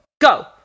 go